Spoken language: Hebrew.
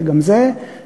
וגם זה חשוב,